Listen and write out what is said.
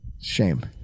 Shame